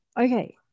okay